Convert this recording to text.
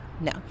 No